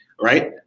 right